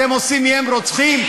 אתם עושים מהם רוצחים?